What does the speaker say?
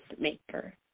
maker